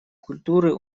культуры